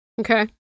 Okay